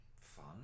fun